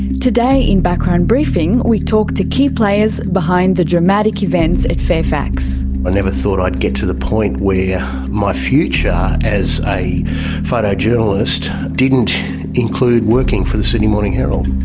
today in background briefing, we talk to key players behind the dramatic events at fairfax. i ah never thought i'd get to the point where my future as a photojournalist didn't include working for the sydney morning herald.